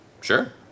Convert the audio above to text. Sure